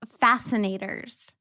fascinators